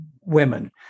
women